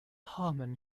harman